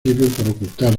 ocultar